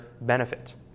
benefit